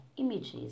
images